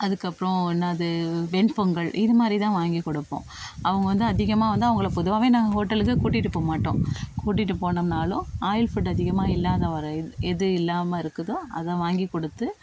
அதுக்கப்புறோம் என்னாது வெண்பொங்கல் இது மாதிரி தான் வாங்கிக்கொடுப்போம் அவங்க வந்து அதிகமாக வந்து அவங்களை பொதுவாகவே நாங்கள் ஹோட்டலுக்கு கூட்டிட்டு போகமாட்டோம் கூட்டிட்டு போகனம்னாலும் ஆயில் ஃபுட் அதிகமாக இல்லாத வர எது இல்லாமல் இருக்குதோ அதை வாங்கிக்கொடுத்து